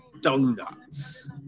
donuts